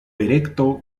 erecto